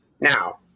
Now